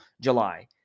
July